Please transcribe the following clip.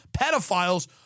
pedophiles